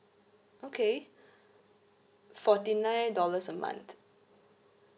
okay forty nine dollars a month